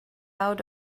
out